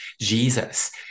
Jesus